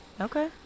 Okay